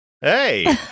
Hey